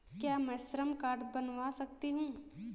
क्या मैं श्रम कार्ड बनवा सकती हूँ?